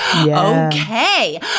Okay